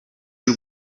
y’u